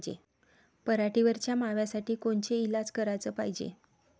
पराटीवरच्या माव्यासाठी कोनचे इलाज कराच पायजे?